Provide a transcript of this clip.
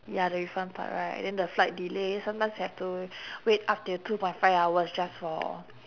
ya the refund part right then the flight delay sometimes have to wait up till two point five hours just for